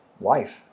life